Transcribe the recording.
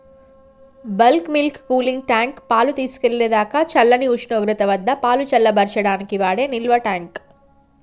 bulk milk cooling tank, పాలు తీసుకెళ్ళేదాకా చల్లని ఉష్ణోగ్రత వద్దపాలు చల్లబర్చడానికి వాడే నిల్వట్యాంక్